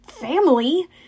family